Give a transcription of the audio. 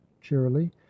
cheerily